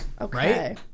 Okay